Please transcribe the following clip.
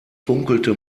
funkelte